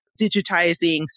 digitizing